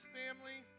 family